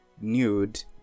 nude